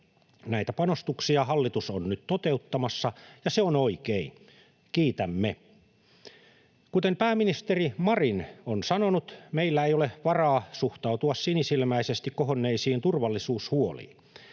Näitä panostuksia hallitus on nyt toteuttamassa, ja se on oikein. Kiitämme. Kuten pääministeri Marin on sanonut, meillä ei ole varaa suhtautua sinisilmäisesti kohonneisiin turvallisuushuoliin.